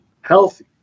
healthy